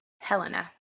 Helena